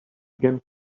again